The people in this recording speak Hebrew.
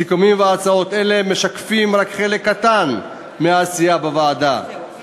סיכומים והצעות אלה משקפים רק חלק קטן מהעשייה בוועדה,